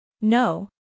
No